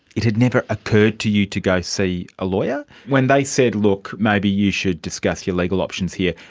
it had never occurred to you to go see a lawyer? when they said, look, maybe you should discuss your legal options here,